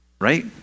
right